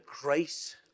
grace